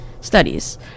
studies